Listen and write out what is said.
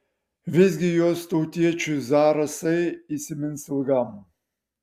visgi jos tautiečiui zarasai įsimins ilgam